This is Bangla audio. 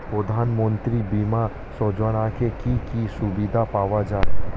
প্রধানমন্ত্রী বিমা যোজনাতে কি কি সুবিধা পাওয়া যায়?